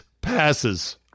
passes